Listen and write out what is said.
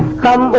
come